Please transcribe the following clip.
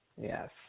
Yes